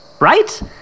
Right